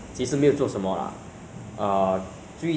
ah 大多数是在玩 Call of Duty 了